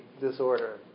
disorder